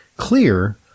clear